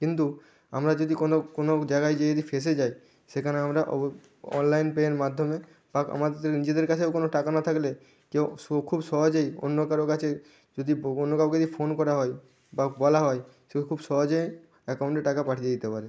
কিন্তু আমরা যদি কোনো কোনো জায়গায় যেয়ে যদি ফেঁসে যাই সেখানে আমরা অবো অনলাইন পেয়ের মাধ্যমে বা আমাদের নিজেদের কাছেও কোনো টাকা না থাকলে কেউ সু খুব সহজেই অন্য কারো কাছে যদি অন্য কাউকে দিয়ে ফোন করা হয় বা বলা হয় সেও খুব সহজে অ্যাকাউন্টে টাকা পাঠিয়ে দিতে পারে